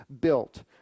built